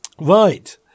Right